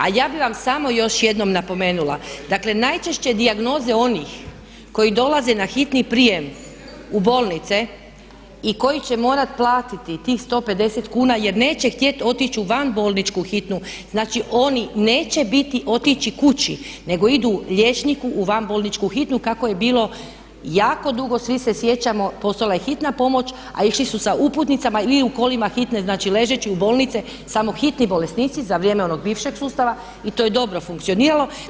A ja bih vam samo još jednom napomenula, dakle najčešće dijagnoze onih koji dolaze na hitni prijem u bolnice i koji će morati platiti tih 150 kuna jer neće htjeti otići u van bolničku hitnu, znači oni neće otići kući nego idu liječniku u van bolničku hitnu kako je bilo jako dugo, svi se sjećamo, postojala je Hitna pomoć a išli su sa uputnicama ili u kolima hitne znači ležeći u bolnice samo hitni bolesnici za vrijeme onog bivšeg sustava i to je dobro funkcioniralo.